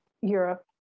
Europe